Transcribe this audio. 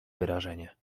wyrażenie